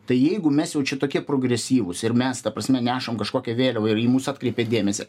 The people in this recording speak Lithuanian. tai jeigu mes jau čia tokie progresyvūs ir mes ta prasme nešam kažkokią vėliavą ir į mus atkreipė dėmesį